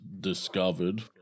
discovered